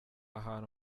hantu